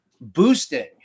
boosting